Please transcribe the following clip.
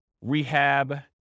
rehab